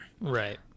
right